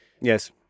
Yes